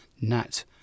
Nat